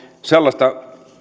sellaista